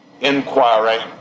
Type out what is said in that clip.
inquiry